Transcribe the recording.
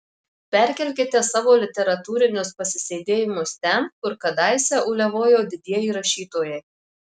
perkelkite savo literatūrinius pasisėdėjimus ten kur kadaise uliavojo didieji rašytojai